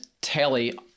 telly